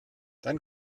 dann